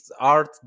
art